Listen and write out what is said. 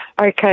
Okay